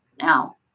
now